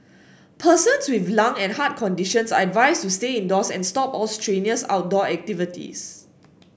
persons with lung and heart conditions are advised to stay indoors and stop all strenuous outdoor activities